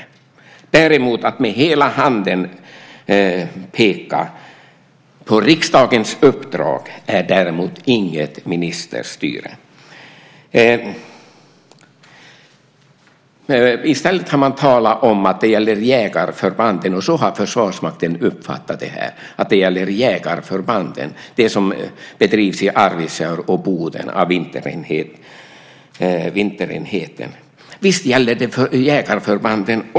Att däremot peka med hela handen på riksdagens uppdrag är inte ministerstyre. I stället har man talat om att det gäller jägarförbanden, och så har Försvarsmakten uppfattat detta. Och visst gäller det som bedrivs i Arvidsjaur och i Boden av Vinterenheten för jägarförbanden.